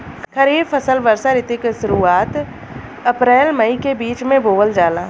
खरीफ फसल वषोॅ ऋतु के शुरुआत, अपृल मई के बीच में बोवल जाला